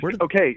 Okay